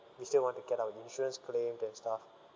we still want to get our insurance claimed and stuff